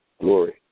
Glory